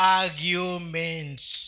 arguments